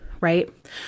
right